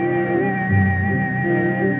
and